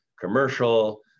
commercial